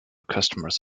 customers